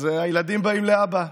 אז הילדים באים לאבא.